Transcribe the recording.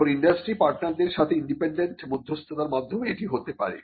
এখন ইন্ডাস্ট্রি পার্টনারদের সাথে ইন্ডিপেন্ডেন্ট মধ্যস্থতার মাধ্যমে এটি হতে পারে